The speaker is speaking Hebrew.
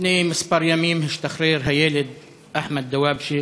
לפני כמה ימים השתחרר הילד אחמד דוואבשה